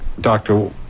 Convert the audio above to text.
Doctor